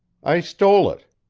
i stole it.